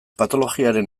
patologiaren